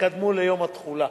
שקדמו ליום התחולה.